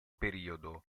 periodo